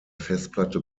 festplatte